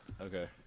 Okay